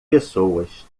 pessoas